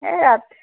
এই ৰাতি